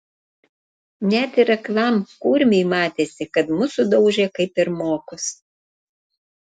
net ir aklam kurmiui matėsi kad mus sudaužė kaip pirmokus